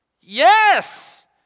Yes